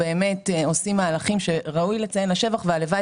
באמת עושים מהלכים שראוי לציין אותם לשבח והלוואי